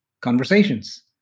conversations